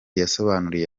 yasobanuriye